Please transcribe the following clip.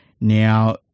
Now